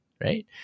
right